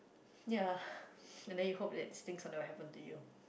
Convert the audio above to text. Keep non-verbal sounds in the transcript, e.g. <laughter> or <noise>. ya <breath> and then you hope that's thing something will happen to you